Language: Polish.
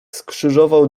skrzyżował